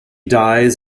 dies